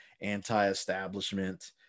anti-establishment